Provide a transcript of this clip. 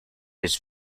his